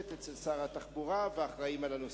אצל שר התחבורה והאחראים על הנושא.